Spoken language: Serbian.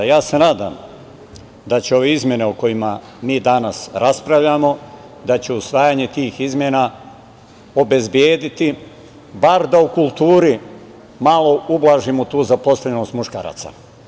Ja se nadam da će ove izmene o kojima mi danas raspravljamo, da će usvajanje tih izmena obezbediti bar da u kulturi malo ublažimo tu zaposlenost muškaraca.